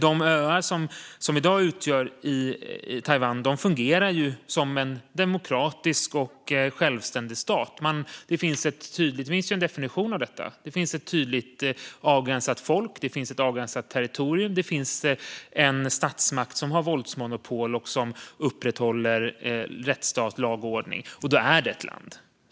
De öar som i dag utgör Taiwan fungerar som en demokratisk och självständig stat. Det finns en tydlig definition av detta: ett tydligt avgränsat folk, ett avgränsat territorium och en statsmakt som har våldsmonopol och som upprätthåller rättsstat, lag och ordning. Då är det ett land.